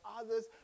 others